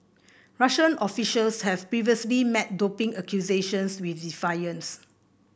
Russian officials have previously met doping accusations with defiance